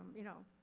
you know,